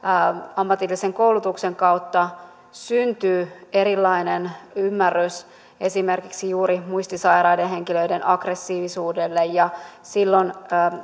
ammatillisen koulutuksen kautta syntyy erilainen ymmärrys esimerkiksi juuri muistisairaiden henkilöiden aggressiivisuudelle ja silloin